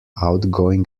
outgoing